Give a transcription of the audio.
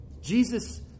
Jesus